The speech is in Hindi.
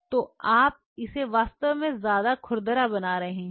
तो आप इसे वास्तव में ज्यादा खुरदरा बना रहे हैं